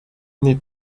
need